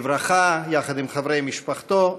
בברכה, יחד עם חברי משלחתו.